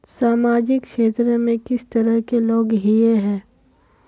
सामाजिक क्षेत्र में किस तरह के लोग हिये है?